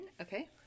okay